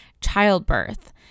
childbirth